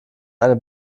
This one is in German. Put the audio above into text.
eine